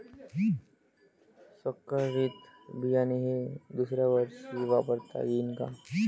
संकरीत बियाणे हे दुसऱ्यावर्षी वापरता येईन का?